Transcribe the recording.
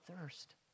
thirst